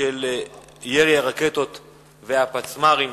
ירי הרקטות והפצמ"רים